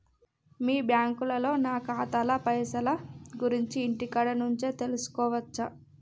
మీ బ్యాంకులో నా ఖాతాల పైసల గురించి ఇంటికాడ నుంచే తెలుసుకోవచ్చా?